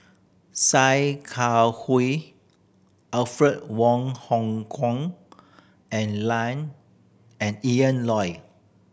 Sia Kah Hui Alfred Wong Hong Kwok and and Ian Loy